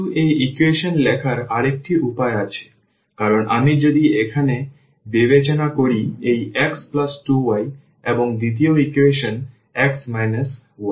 কিন্তু এই ইকুয়েশন লেখার আরেকটি উপায় আছে কারণ আমি যদি এখানে বিবেচনা করি এই x 2 y এবং দ্বিতীয় ইকুয়েশন x y